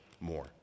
more